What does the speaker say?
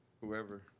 whoever